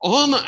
on